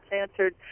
answered